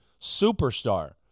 superstar